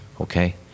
Okay